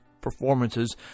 performances